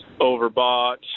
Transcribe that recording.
overbought